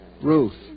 Ruth